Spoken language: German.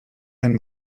ein